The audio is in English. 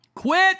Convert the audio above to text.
Quit